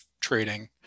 trading